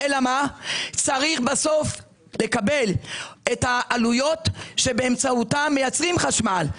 אלא שצריך בסוף לקבל את העלויות שבאמצעותן מייצרים חשמל.